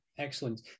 Excellent